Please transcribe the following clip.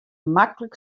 maklik